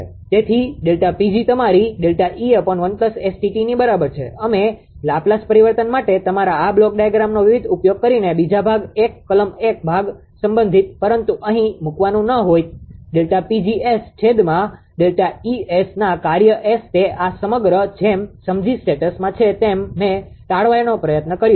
𝑟 તેથી Δ𝑃𝑔 તમારી ΔE 1 STt ની બરાબર છે અમે લાપ્લાસ પરિવર્તન માટે તમારા આ બ્લોક ડાયાગ્રામનો વિવિધ ઉપયોગ કરીને બીજા ભાગ 1 કલમ 1 ભાગ સંબંધિત પરંતુ અહીં મૂકવાનુ ન હોય ΔPg𝑆 છેદ માં ΔE ના કાર્ય S તે આ સમગ્ર જેમ સમજી સેટ્સમાં છે મેં ટાળવાનો પ્રયત્ન કર્યો છે